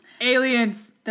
Aliens